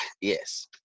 Yes